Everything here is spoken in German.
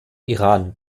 iran